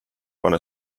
pane